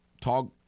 Talk